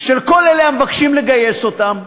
של כל אלה המבקשים לגייס אותם,